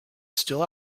still